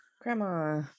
Grandma